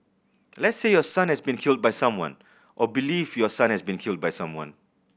let's say your son has been killed by someone or believe your son has been killed by someone